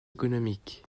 économique